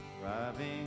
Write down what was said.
driving